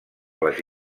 les